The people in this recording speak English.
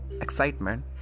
excitement